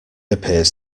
appears